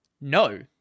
No